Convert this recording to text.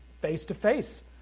face-to-face